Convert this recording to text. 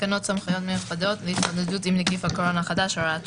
תקנות סמכויות מיוחדות להתמודדות עם נגיף הקורונה החדש (הוראת שעה)